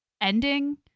ending